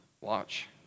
watch